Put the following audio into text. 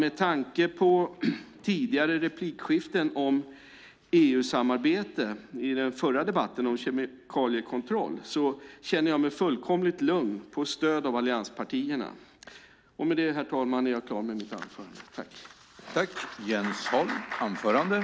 Med tanke på tidigare replikskiften om EU-samarbete i den förra debatten om kemikaliekontroll känner jag mig fullkomligt lugn i fråga om stöd från allianspartierna.